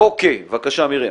אוקיי, בבקשה, מרים.